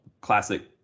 classic